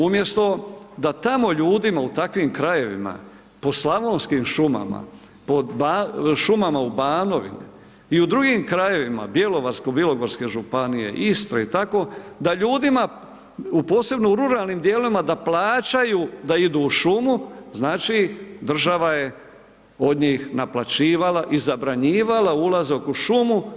Umjesto da tamo ljudima u takvim krajevima, po slavonskim šumama, po šumama u Banovini i u drugim krajevima bjelovarsko-bilogorske županije, Istre i tako, da ljudima, posebno u ruralnim dijelovima da plaćaju da idu u šumu, znači, država je od njih naplaćivala i zabranjivala ulazak u šumu.